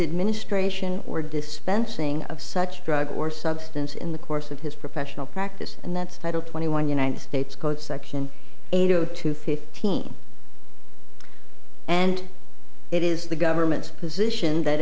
administration or dispensing of such drug or substance in the course of his professional practice and that's title twenty one united states code section eight zero two fifteen and it is the government's position that